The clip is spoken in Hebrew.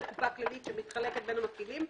לקופה כללית שמתחלקת בין המפעילים.